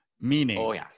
Meaning